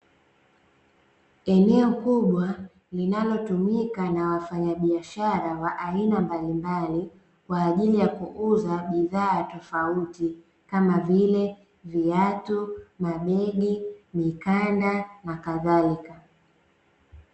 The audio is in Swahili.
Eneo kubwa linalotumika na wafanyabiashara wa aina mbalimbali kwa ajili ya kuuza bidhaa tofauti, kama vile; viatu, mabegi, mikanda na kadhalika.